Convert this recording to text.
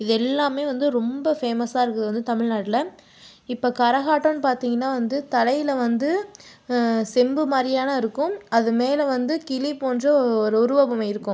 இது எல்லாமே வந்து ரொம்ப ஃபேமஸாக இருக்கிறது வந்து தமிழ்நாட்டில் இப்போ கரகாட்டம்னு பார்த்திங்கனா வந்து தலையில் வந்து செம்பு மாதிரியான இருக்கும் அது மேல் வந்து கிளி போன்ற ஒரு உருவ பொம்மை இருக்கும்